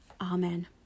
Amen